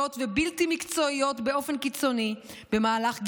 ובלתי מקצועיות באופן קיצוני במהלך גיבושן.